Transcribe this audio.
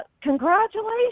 congratulations